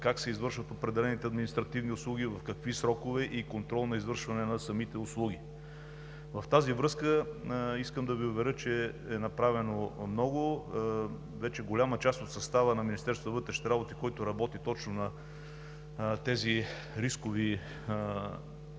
как се извършват определените административни услуги, в какви срокове и контрол на извършване на самите услуги. В тази връзка искам да Ви уверя, че е направено много. Вече голяма част от състава на Министерство на вътрешните работи, който работи точно на тези рискови